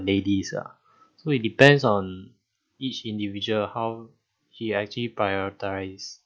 ladies ah so it depends on each individual how he actually prioritize